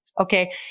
Okay